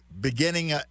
beginning